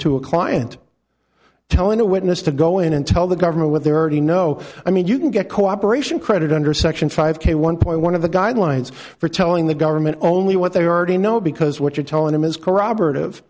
to a client telling a witness to go in and tell the government what they're already know i mean you can get cooperation credit under section five k one point one of the guidelines for telling the government only what they already know because what you're telling them is corroborat